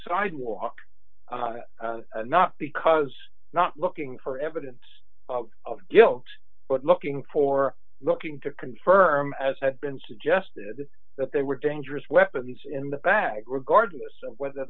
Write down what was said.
sidewalk not because not looking for evidence of guilt but looking for looking to confirm as had been suggested that they were dangerous weapons in the bag regardless of whether